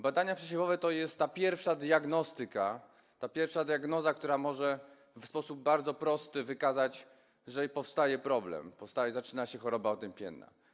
Badania przesiewowe to jest ta pierwsza diagnostyka, ta pierwsza diagnoza, która w sposób bardzo prosty może wykazać, że powstaje problem, zaczyna się choroba otępienna.